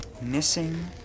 Missing